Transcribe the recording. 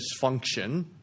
dysfunction